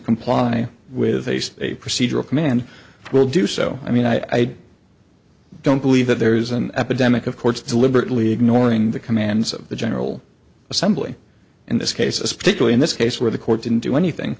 comply with a procedural command will do so i mean i don't believe that there is an epidemic of courts deliberately ignoring the commands of the general assembly in this case as particularly in this case where the court didn't do anything